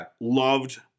loved